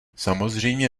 samozřejmě